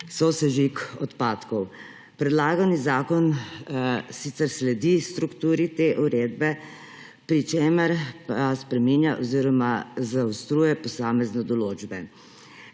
sosežig odpadkov. Predlagani zakon sicer sledi strukturi te uredbe, pri čemer pa spreminja oziroma zaostruje posamezne določbe.